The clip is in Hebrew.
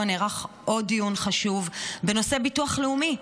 נערך עוד דיון חשוב בנושא ביטוח לאומי.